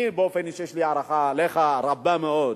אני באופן אישי, יש לי הערכה אליך, רבה מאוד.